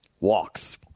walks